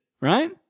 right